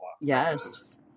Yes